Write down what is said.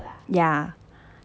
ya